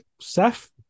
Seth